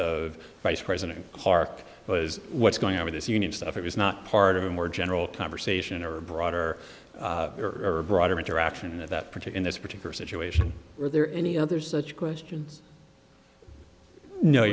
of vice president hark was what's going on with this union stuff it was not part of a more general conversation or a broader or a broader interaction of that project in this particular situation were there any other such questions no